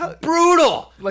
Brutal